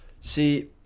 See